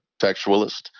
textualist